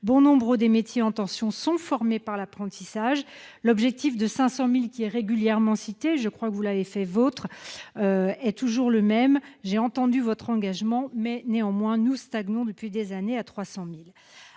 Bon nombre des métiers en tension nécessitent un apprentissage. L'objectif de 500 000 places qui est régulièrement cité- je crois que vous l'avez fait vôtre -est toujours le même. J'ai entendu votre engagement ; néanmoins, nous stagnons depuis des années à 300 000